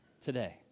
today